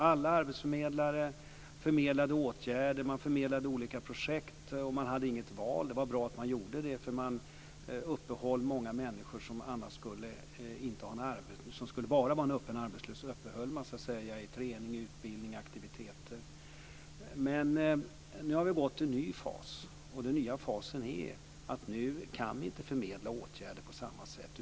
Alla arbetsförmedlare förmedlade åtgärder, man förmedlade olika projekt och man hade inget val. Det var bra att man gjorde det. Många människor som annars bara skulle ha varit öppet arbetslösa uppehöll man så att säga i träning, utbildning och aktiviteter. Men nu har vi gått in i en ny fas. Den nya fasen är att nu kan vi inte förmedla åtgärder på samma sätt.